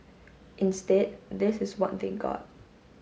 instead this is what they got